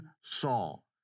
Saul